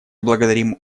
благодарим